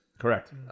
Correct